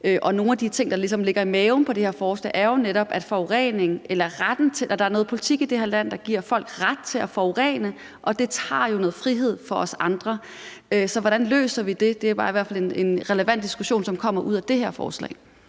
og nogle af de ting, der ligesom ligger i maven på det her forslag, er netop, at der er noget politik i det her land, der giver folk ret til at forurene, og det tager jo noget frihed fra os andre. Så hvordan løser vi det? Det er i hvert fald en relevant diskussion, som kommer ud af det her forslag.